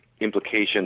implication